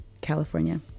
California